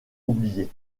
oublié